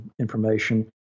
information